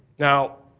now,